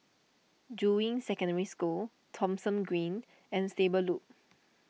Juying Secondary School Thomson Green and Stable Loop